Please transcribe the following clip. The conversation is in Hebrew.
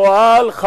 נוהל רישום,